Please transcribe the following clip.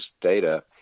data